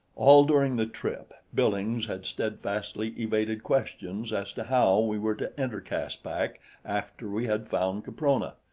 all during the trip billings had steadfastly evaded questions as to how we were to enter caspak after we had found caprona.